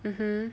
mmhmm